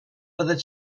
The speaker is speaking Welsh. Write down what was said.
byddet